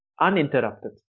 uninterrupted